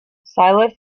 silas